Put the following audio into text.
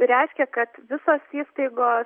reiškia kad visos įstaigos